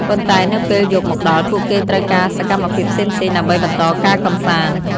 ប៉ុន្តែនៅពេលយប់មកដល់ ពួកគេត្រូវការសកម្មភាពផ្សេងៗដើម្បីបន្តការកម្សាន្ត។